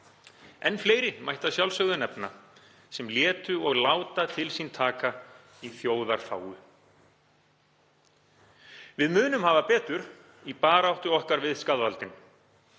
Enn fleiri mætti að sjálfsögðu nefna sem létu og láta til sín taka í þjóðarþágu. Við munum hafa betur í baráttu okkar við skaðvaldinn.